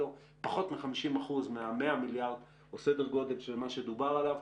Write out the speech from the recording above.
פחות מ-50 אחוזים מה-100 מיליארד שקלים או סדר גודל של מה שדובר עליו,